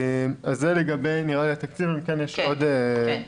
זה לגבי התקציב, אלא אם כן יש עוד שאלות.